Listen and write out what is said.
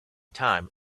time